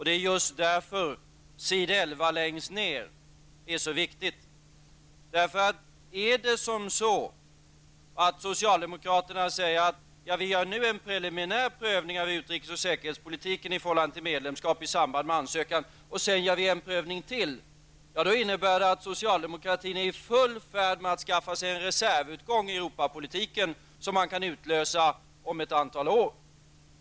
Det är just därför det som står på s. 11 längst ned är så viktigt. Om socialdemokraterna säger att man nu skall göra en preliminär prövning av utrikes och säkerhetspolitiken i förhållande till medlemskap i samband med ansökan och sedan göra en till, innebär det att socialdemokratin är i full färd med att skaffa sig en reservutgång i Europapolitiken, en reservutgång som man kan använda sig av om ett antal år.